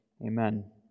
Amen